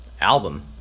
album